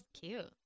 cute